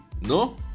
no